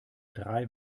drei